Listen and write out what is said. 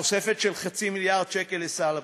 התוספת של חצי מיליארד שקל לסל הבריאות.